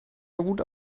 gut